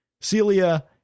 Celia